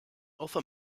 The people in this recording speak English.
author